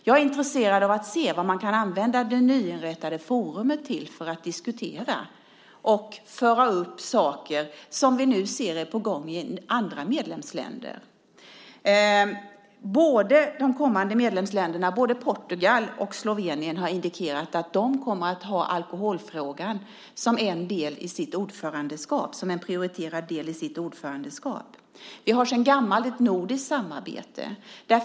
Jag är intresserad av att se vad man kan använda det nyinrättade forumet till, till exempel för att diskutera och föra upp saker som vi nu ser är på gång i andra medlemsländer. Båda de kommande ordförandeländerna Portugal och Slovenien har indikerat att de kommer att ha alkoholfrågan som en prioriterad del i sitt ordförandeskap. Vi har sedan gammalt ett nordiskt samarbete.